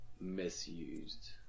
misused